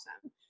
awesome